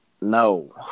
no